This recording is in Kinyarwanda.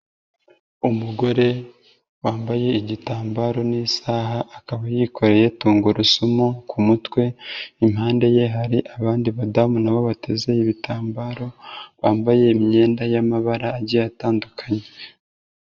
Umugore wambaye igitambaro n'isaha akaba yikoreye tungurusumu ku mutwe, impande ye hari abandi badamu na bo bateze ibitambaro bambaye imyenda y'amabara agiye atandukanye.